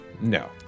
No